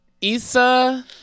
Issa